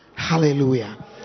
Hallelujah